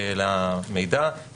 אבל הרעיון בהגדרות פה שוב,